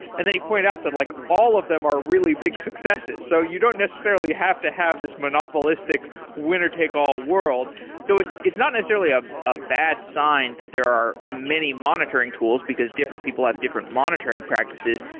and then you pointed out that like all of them are really big successes, so you don't necessarily have to have this monopolistic winner-take-all world so it's it's not necessarily a ah bad sign that there are many monitoring tools, because different people have different monitoring practices.